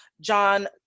John